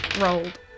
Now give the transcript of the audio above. rolled